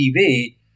TV